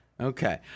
Okay